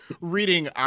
reading